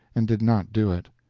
and did not do it.